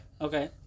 Okay